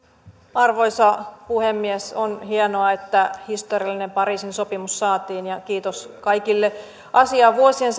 arvoisa puhemies on hienoa että historiallinen pariisin sopimus saatiin ja kiitos kaikille asiaa vuosien